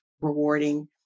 rewarding